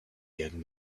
young